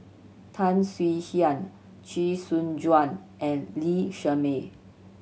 Tan Swie Hian Chee Soon Juan and Lee Shermay